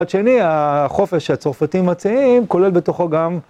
מצד שני, החופש שהצרפתים מציעים, כולל בתוכו גם...